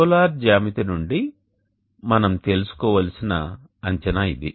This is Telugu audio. సోలార్ జ్యామితి నుండి మనం తెలుసుకోవలసిన అంచనా ఇది